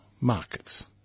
markets